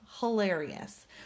hilarious